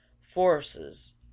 forces